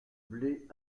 blais